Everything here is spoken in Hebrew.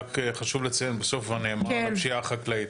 אבל חשוב לציין בסוף נאמר על הפשיעה החקלאית.